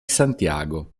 santiago